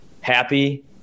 happy